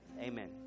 Amen